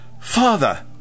Father